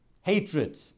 hatred